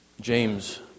James